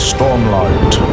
Stormlight